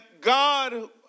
God